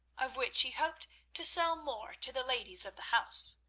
of which he hoped to sell more to the ladies of the house.